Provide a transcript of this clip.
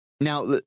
Now